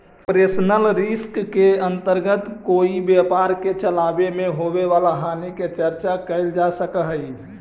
operational risk के अंतर्गत कोई व्यापार के चलावे में होवे वाला हानि के चर्चा कैल जा सकऽ हई